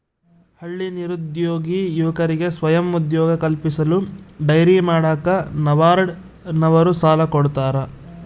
ಹಳ್ಳಿ ನಿರುದ್ಯೋಗಿ ಯುವಕರಿಗೆ ಸ್ವಯಂ ಉದ್ಯೋಗ ಕಲ್ಪಿಸಲು ಡೈರಿ ಮಾಡಾಕ ನಬಾರ್ಡ ನವರು ಸಾಲ ಕೊಡ್ತಾರ